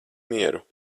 mieru